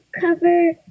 cover